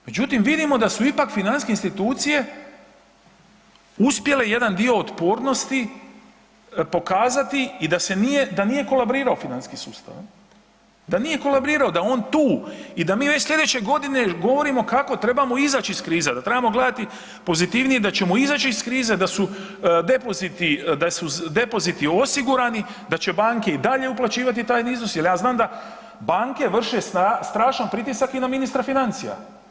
Međutim, ipak vidimo da su financijske institucije uspjele jedan dio otpornosti pokazati i da se nije, da nije kolabriro financijski sustav, da nije kolabriro, da je on tu i da mi već slijedeće godine govorimo kako trebamo izać iz krize, da trebamo gledati pozitivnije da ćemo izaći iz krize, da su depoziti, da su depoziti osigurani, da će banke i dalje uplaćivati taj iznos jer ja znam da banke vrše strašan pritisak i na ministra financija.